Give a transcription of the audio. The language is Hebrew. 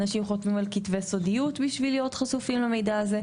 אנשים חותמים על כתבי סודיות בשביל להיות חשופים למידע הזה.